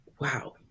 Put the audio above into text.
wow